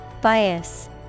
Bias